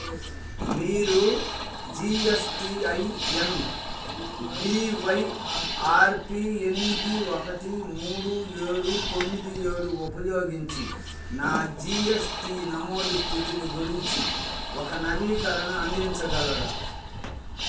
మీరు G S T I N B Y R P ఎనిమిది ఒకటి మూడు ఏడు తొమ్మిది ఏడు ఉపయోగించి నా జీ ఎస్ టీ నమోదు స్థితిని గురించి ఒక నవీకరణ అందించగలరా